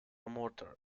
mortar